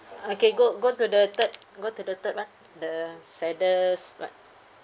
okay go go to the third go to the third [one] the saddest what